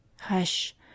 Hush